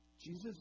Jesus